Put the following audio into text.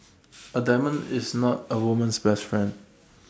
A diamond is not A woman's best friend